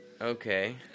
okay